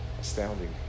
astounding